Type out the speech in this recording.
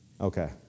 Okay